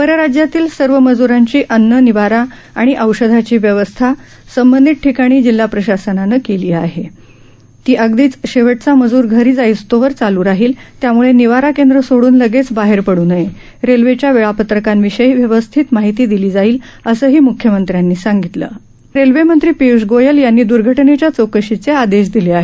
परराज्यातील सर्व मजुरांची अन्न निवारा आणि औषधाची व्यवस्था संबंधित ठिकाणी जिल्हा प्रशासनाने केली आहे ती अगदी शेवटचा मजुर घरी जाईस्तोवर चालू राहील त्यामुळे निवारा केंद्रे सोडून लगेच बाहेर पडू नयेरेल्वेच्या वेळापत्रकाविषयी व्यवस्थित माहिती दिली जाईल असंही मुख्यमंत्र्यांनी सांगितले आहे रेल्वे मंत्री पीयुष गोयल यांना दुर्घटनेच्या चौकशीचे आदेश दिले आहेत